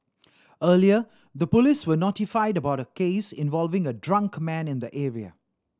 earlier the police were notified about a case involving a drunk man in the area